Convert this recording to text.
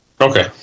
Okay